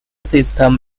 system